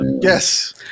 yes